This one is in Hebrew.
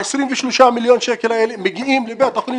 ה-23 מיליון שקלים האלה מגיעים לבית החולים